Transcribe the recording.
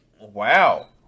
Wow